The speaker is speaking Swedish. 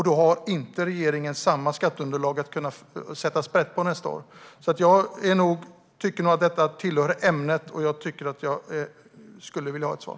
Då får regeringen inte samma skatteunderlag att sätta sprätt på nästa år. Jag tycker att detta tillhör ämnet, och jag skulle vilja ha ett svar.